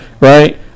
right